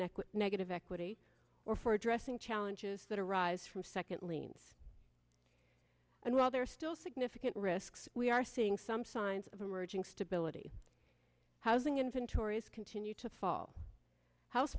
with negative equity or for addressing challenges that arise from second liens and while there are still significant risks we are seeing some signs of emerging stability housing inventories continue to fall house